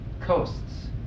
coasts